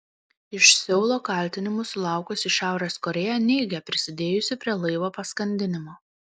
iš seulo kaltinimų sulaukusi šiurės korėja neigia prisidėjusi prie laivo paskandinimo